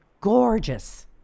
gorgeous